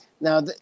Now